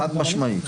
חד-משמעית.